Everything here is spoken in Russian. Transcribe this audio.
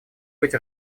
быть